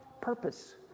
Purpose